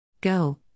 go